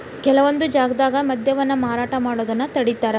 ಕೆಲವೊಂದ್ ಜಾಗ್ದಾಗ ಮದ್ಯವನ್ನ ಮಾರಾಟ ಮಾಡೋದನ್ನ ತಡೇತಾರ